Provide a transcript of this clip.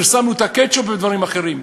פרסמנו את הקטשופ ודברים אחרים.